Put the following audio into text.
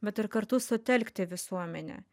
bet ir kartu sutelkti visuomenę